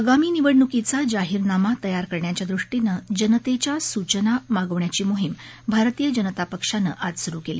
आगामी निवडणुकीचा जाहीरनामा तयार करण्याच्या दृष्टीनं जनतेच्या सूचना मागवण्याची मोहिम भारतीय जनता पक्षानं आज सुरु केली